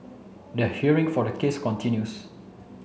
the hearing for the case continues